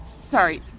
sorry